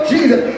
Jesus